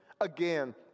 Again